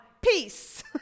peace